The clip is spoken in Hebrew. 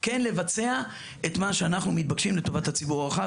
לבצע את מה שאנחנו מתבקשים לטובת הציבור הרחב,